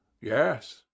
yes